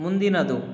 ಮುಂದಿನದು